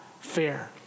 fair